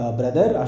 brother